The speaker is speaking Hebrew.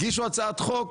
הגישו הצעת חוק,